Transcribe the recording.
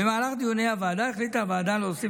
במהלך דיוני הוועדה החליטה הוועדה להוסיף